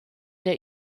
der